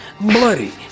bloody